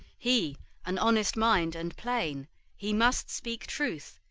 he an honest mind and plain he must speak truth!